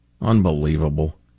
Unbelievable